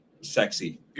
sexy